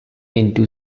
into